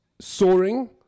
soaring